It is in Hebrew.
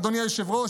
אדוני היושב-ראש,